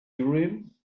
urim